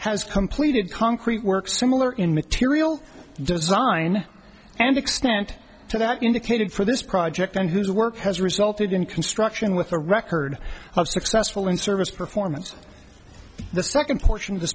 has completed concrete work similar in material design and extent to that indicated for this project and whose work has resulted in construction with a record of success in service performance the second portion of